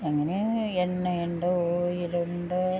അങ്ങനെ എണ്ണയ്ണ്ട് ഓയില്ണ്ട്